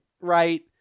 right